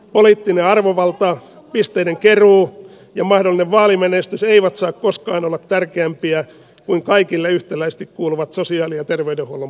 poliittinen arvovalta pisteiden keruu ja mahdollinen vaalimenestys eivät saa koskaan olla tärkeämpiä kuin kaikille yhtäläisesti kuuluvat sosiaali ja terveydenhuollon palvelut